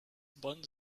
buns